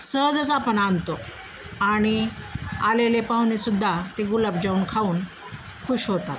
सहजच आपण आणतो आणि आलेले पाहुणेसुद्धा ते गुलाबजामुन खाऊन खूश होतात